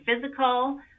physical